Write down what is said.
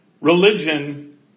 Religion